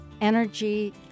energy